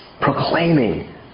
Proclaiming